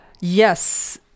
Yes